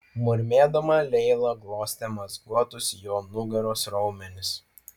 murmėdama leila glostė mazguotus jo nugaros raumenis